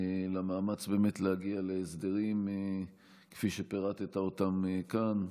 למאמץ להגיע להסדרים כפי שפירטת אותם כאן.